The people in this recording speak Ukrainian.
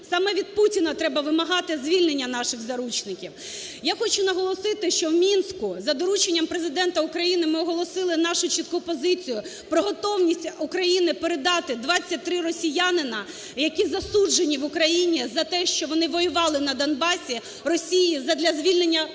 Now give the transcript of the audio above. саме від Путіна треба вимагати звільнення наших заручників. Я хочу наголосити, що в Мінську за дорученням Президента України ми оголосили нашу чітку позицію про готовність України передати 23 росіянина, які засуджені в Україні за те, що вони воювали на Донбасі, Росії за для звільнення